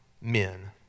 men